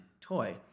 toy